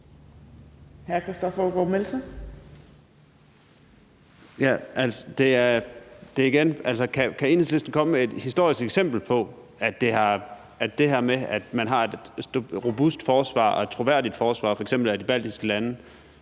14:14 Christoffer Aagaard Melson (V): Altså, kan Enhedslisten igen komme med et historisk eksempel på, at det her med, at man har et robust forsvar og et troværdigt forsvar, f.eks. af de baltiske lande,